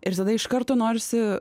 ir tada iš karto norisi